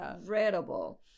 incredible